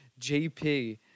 JP